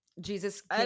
Jesus